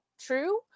true